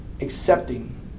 accepting